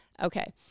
Okay